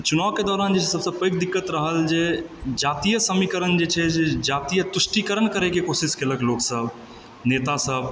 चुनावके दौरान जे छै से सबसँ पैघ दिक्कत रहल जे जातीय समीकरण जे छै से जातीय तुष्टिकरण करएके कोशिश केलक लोकसब नेता सब